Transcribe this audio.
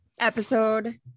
Episode